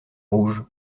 rouge